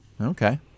Okay